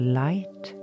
light